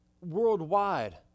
worldwide